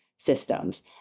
systems